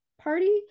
party